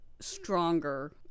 stronger